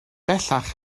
bellach